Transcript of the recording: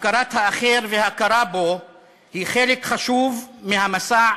הכרת האחר וההכרה בו הן חלק חשוב מהמסע